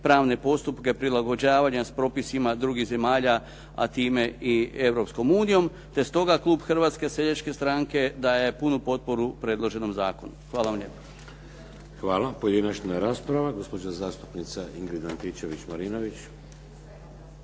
pravne postupke prilagođavanja s propisima drugih zemalja a time i Europskom unijom, te stoga klub Hrvatske seljačke stranke daje punu potporu predloženom zakonu. Hvala vam lijepa. **Šeks, Vladimir (HDZ)** Hvala. Pojedinačna rasprava. Gospođa zastupnica Ingrid Antičević-Marinović.